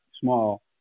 small